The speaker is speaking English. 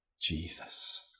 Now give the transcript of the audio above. Jesus